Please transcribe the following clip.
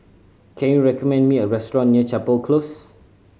can you recommend me a restaurant near Chapel Close